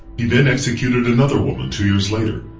he then executed another woman two years later,